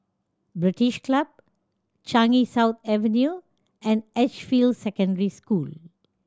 British Club Changi South Avenue and Edgefield Secondary School